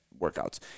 workouts